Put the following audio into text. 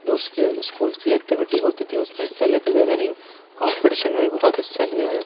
جو school school کی activity ہوتی تھی اس میں حصہ لیتے رننگ کامپٹیشن میں بھی بہت حصہ لیا ہے